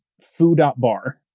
foo.bar